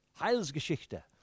Heilsgeschichte